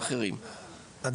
תודה